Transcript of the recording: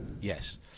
Yes